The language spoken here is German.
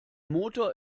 motor